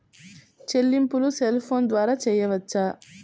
చెల్లింపులు cell phone ద్వారా చేయవచ్చా?